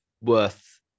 worth